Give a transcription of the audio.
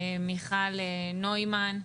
מיכל נוימן.